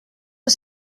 que